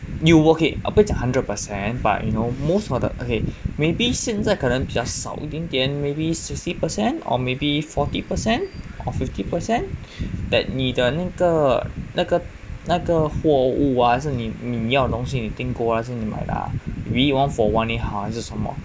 you'll okay 不要讲 hundred percent but you know most of the okay maybe 现在可能比较少一点点 maybe sixty percent or maybe forty percent of fifty percent that 你的那个那个那个货物啊还是你要的东西你订购的还是你买的啊 be it one for one 也好还是什么